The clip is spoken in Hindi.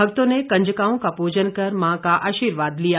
भक्तों ने कंजकाओं का पूजन कर मां का आर्शीवाद लिया